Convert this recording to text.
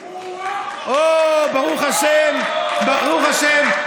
אוה, ברוך השם.